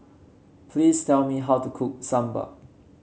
please tell me how to cook Sambar